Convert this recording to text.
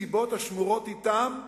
מסיבות השמורות אתם,